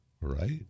right